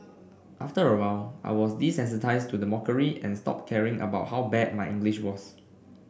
after a while I was desensitised to the mockery and stopped caring about how bad my English was